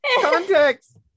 Context